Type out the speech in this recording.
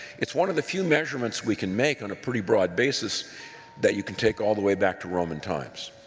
it's one of the few measurements we can make on a pretty broad basis that you can take all the way back to roman times,